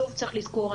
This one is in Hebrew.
שוב צריך לזכור,